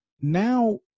now